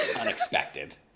unexpected